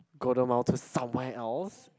Golden Mile to somewhere else